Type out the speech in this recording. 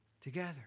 together